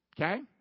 Okay